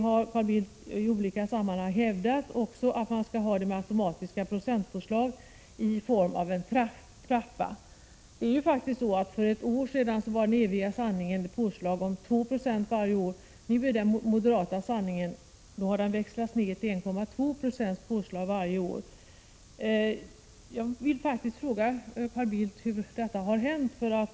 Carl Bildt har i olika sammanhang också hävdat att man skall ha det med automatiska procentpåslag i form av en trappa. För ett år sedan var faktiskt den eviga sanningen påslag med 2 9o varje år. Nu har den moderata sanningen växlats ner till 1,2 96 påslag varje år. Jag vill fråga Carl Bildt hur detta har kunnat ske.